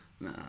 Nah